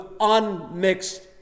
unmixed